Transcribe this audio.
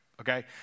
Okay